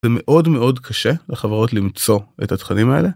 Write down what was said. ‫זה מאוד מאוד קשה לחברות ‫למצוא את התכנים האלה.